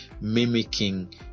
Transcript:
mimicking